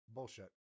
Bullshit